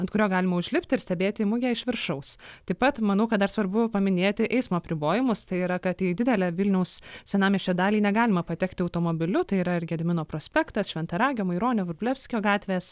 ant kurio galima užlipti ir stebėti mugę iš viršaus taip pat manau kad dar svarbu paminėti eismo apribojimus tai yra kad į didelę vilniaus senamiesčio dalį negalima patekti automobiliu tai yra ir gedimino prospektas šventaragio maironio vrublevskio gatvės